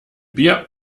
bier